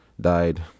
died